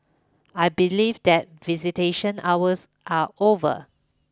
I believe that visitation hours are over